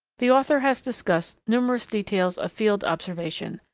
the author has discussed numerous details of field observation,